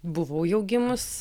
buvau jau gimus